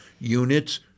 units